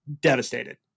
devastated